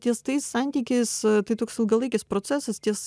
ties tais santykiais tai toks ilgalaikis procesas ties